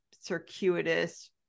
circuitous